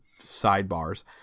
sidebars